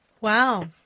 Wow